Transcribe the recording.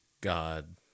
God